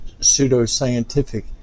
pseudoscientific